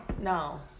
no